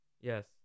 Yes